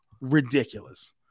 ridiculous